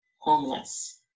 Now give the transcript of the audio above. homeless